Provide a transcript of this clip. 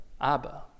Abba